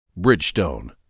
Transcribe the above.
Bridgestone